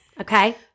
Okay